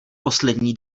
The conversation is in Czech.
poslední